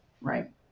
right